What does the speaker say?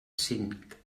cinc